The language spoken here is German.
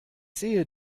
sehe